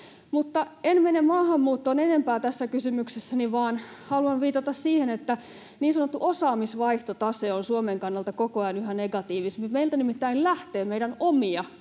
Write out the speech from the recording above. en mene maahanmuuttoon enempää tässä kysymyksessäni vaan haluan viitata siihen, että niin sanottu osaamisvaihtotase on Suomen kannalta koko ajan yhä negatiivisempi. Meiltä nimittäin lähtee meidän omia